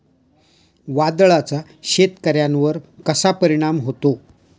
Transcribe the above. वादळाचा शेतकऱ्यांवर कसा परिणाम होतो?